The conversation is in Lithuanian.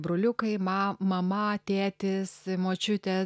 broliukai mam mama tėtis močiutė